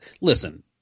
listen